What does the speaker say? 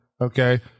Okay